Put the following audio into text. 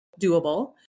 doable